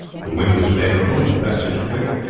the wind was favourable and the passage quick,